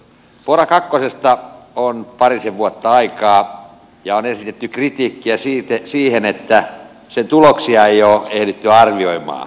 pora kakkosesta on parisen vuotta aikaa ja on esitetty kritiikkiä siitä että sen tuloksia ei ole ehditty arvioimaan